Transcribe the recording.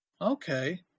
okay